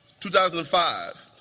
2005